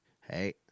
Hey